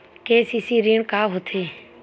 KCC ऋण का होथे?